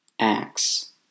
acts